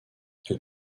elle